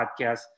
Podcast